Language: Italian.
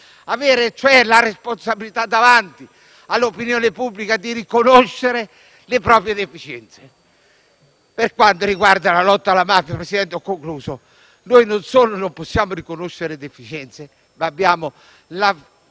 avere cioè la responsabilità davanti all'opinione pubblica di riconoscere le proprie deficienze. Per quanto riguarda la lotta alla mafia, non solo non possiamo riconoscere deficienze, ma abbiamo la